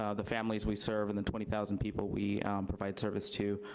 ah the families we serve, and the twenty thousand people we provide service to,